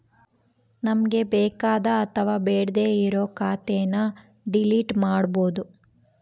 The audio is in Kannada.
ನಮ್ಗೆ ಬೇಕಾದ ಅಥವಾ ಬೇಡ್ಡೆ ಇರೋ ಖಾತೆನ ಡಿಲೀಟ್ ಮಾಡ್ಬೋದು